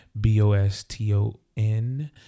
B-O-S-T-O-N